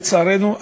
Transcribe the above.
לצערנו,